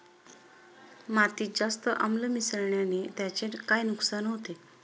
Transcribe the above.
मातीत जास्त आम्ल मिसळण्याने त्याचे काय नुकसान होते?